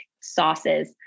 sauces